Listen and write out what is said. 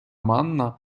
манна